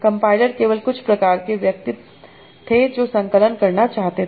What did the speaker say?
compiler केवल कुछ प्रकार के व्यक्ति थे जो संकलन करना चाहते हैं